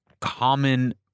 common